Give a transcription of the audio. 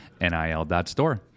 nil.store